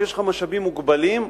כשיש לך משאבים מוגבלים,